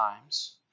times